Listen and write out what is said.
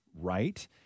right